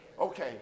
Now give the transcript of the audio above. Okay